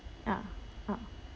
ah ah